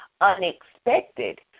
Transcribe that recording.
unexpected